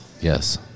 Yes